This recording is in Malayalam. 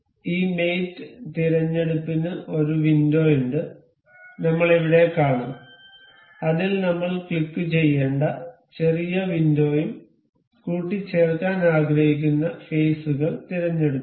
ഈ മേറ്റ് തിരഞ്ഞെടുപ്പിന് ഒരു വിന്ഡോയുണ്ട് നമ്മൾ ഇവിടെ കാണും അതിൽ നമ്മൾ ക്ലിക്കുചെയ്യേണ്ട ചെറിയ വിൻഡോയും കൂട്ടിച്ചേർക്കാൻ ആഗ്രഹിക്കുന്ന ഫേസുകൾ തിരഞ്ഞെടുക്കുക